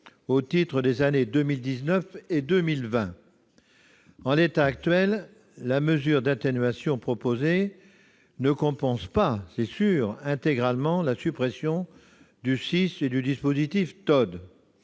au titre des années 2019 et 2020. En l'état actuel, la mesure d'atténuation proposée ne compense pas intégralement la suppression du CICE et du dispositif TO-DE.